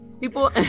People